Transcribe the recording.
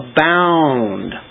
abound